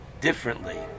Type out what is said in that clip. differently